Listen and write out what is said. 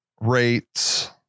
rates